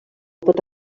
pot